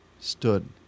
stood